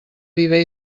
viver